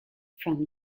from